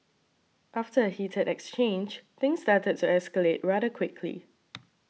after a heated exchange things started to escalate rather quickly